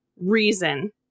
reason